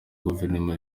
guverinoma